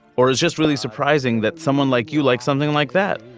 or is just really surprising that someone like you like something like that.